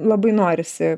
labai norisi